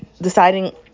deciding